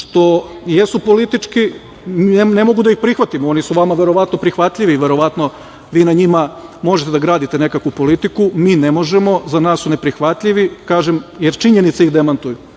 što jesu politički, ne mogu da ih prihvatim, oni su vama verovatno prihvatljivi, verovatno vi na njima možete da gradite nekakvu politiku, mi ne možemo, za nas su neprihvatljivi, jer činjenice ih demantuju,